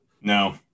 No